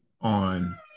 on